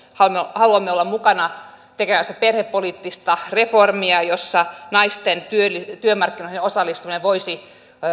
haluamme olla mukana tekemässä perhepoliittista reformia jossa naisten työmarkkinoihin osallistumista voisi